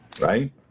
right